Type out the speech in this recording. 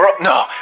No